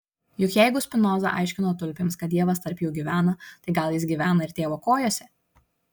juk jeigu spinoza aiškino tulpėms kad dievas tarp jų gyvena tai gal jis gyvena ir tėvo kojose